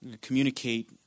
communicate